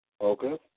Okay